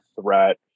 threat